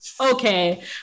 okay